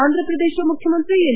ಆಂಧ ಪ್ರದೇಶ ಮುಖ್ಯಮಂತ್ರಿ ಎನ್